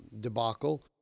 debacle